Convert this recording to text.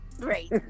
great